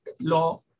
law